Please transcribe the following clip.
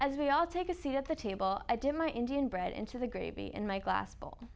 as we all take a seat at the table i did my indian bread into the gravy in my glass bowl